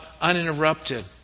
uninterrupted